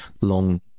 long